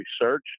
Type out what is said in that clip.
research